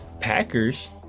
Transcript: Packers